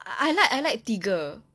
I like I like tigger